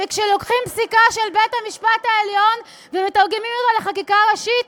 וכשלוקחים פסיקה של בית-המשפט העליון ומתרגמים אותה לחקיקה ראשית,